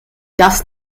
das